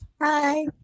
Hi